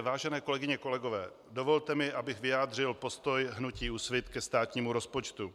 Vážené kolegyně, kolegové, dovolte mi, abych vyjádřil postoj hnutí Úsvit ke státnímu rozpočtu.